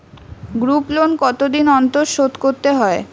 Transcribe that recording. Group loan কতদিন অন্তর শোধকরতে হয়?